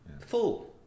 Full